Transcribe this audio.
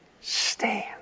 Stand